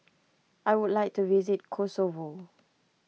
I would like to visit Kosovo